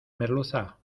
merluza